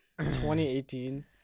2018